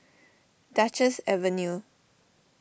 Duchess Avenue